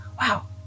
Wow